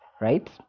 right